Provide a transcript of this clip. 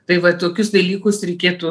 tai va tokius dalykus reikėtų